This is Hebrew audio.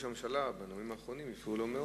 ראש הממשלה, בנאומים האחרונים הפריעו לו מאוד.